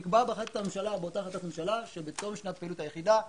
נקבע באותה החלטת ממשלה שבתום שנת פעילות היחידה,